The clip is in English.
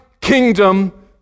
kingdom